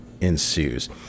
ensues